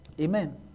Amen